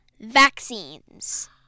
Vaccines